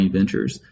Ventures